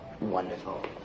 Wonderful